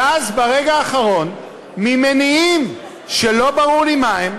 ואז, ברגע האחרון, ממניעים שלא ברור לי מה הם,